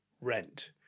rent